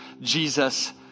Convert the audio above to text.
Jesus